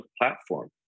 platform